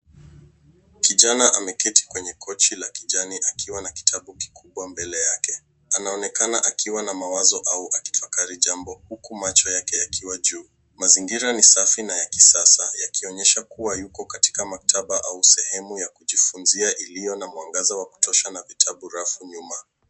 Kijana ameketi kwenye kochi la kijani akiwa na kitabu kikubwa mbele yake. Anaonekana akiwa na mawazo au akitafakari jambo uku macho yake yakiwa juu. Mazingira ni safi na ya kisasa yakionyesha kuwa yuko katika maktba au sehemu ya kujifunzia iliona na mwanagaza wa kutosha na vitabu rafu nyuma,